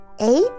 eight